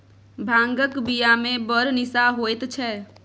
भांगक बियामे बड़ निशा होएत छै